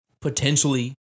potentially